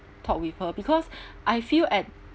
talk with her because I feel at